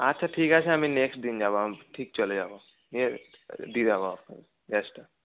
আচ্ছা ঠিক আছে আমি নেক্সট দিন যাব ঠিক চলে যাব গিয়ে দিয়ে দেব গ্যাসটা